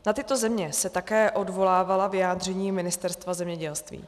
Na tyto země se také odvolávala vyjádření Ministerstva zemědělství.